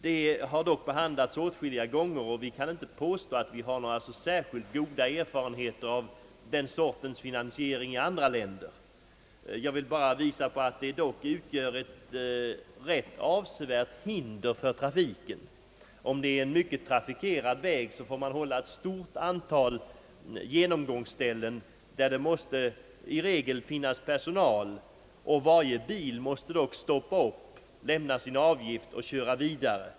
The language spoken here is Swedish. Denna fråga har dock behandlats åtskilliga gånger, och vi kan inte påstå att man har särskilt goda erfarenheter av denna finansieringstyp i andra länder. Jag vill bara påpeka att systemet utgör ett rätt avsevärt hinder för trafiken. Om det är en mycket trafikerad väg får man hålla ett stort antal genomgångsställen där det i regel måste finnas personal, och varje bil måste dock stoppa och lämna sin avgift innan den får köra vidare.